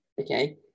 okay